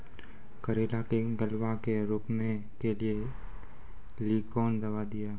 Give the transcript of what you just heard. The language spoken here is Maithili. करेला के गलवा के रोकने के लिए ली कौन दवा दिया?